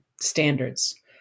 standards